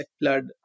blood